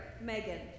Megan